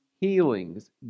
healings